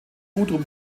gudrun